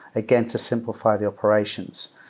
again, to simplify the operations.